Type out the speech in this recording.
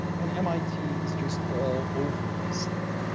and mit is just all over this thing.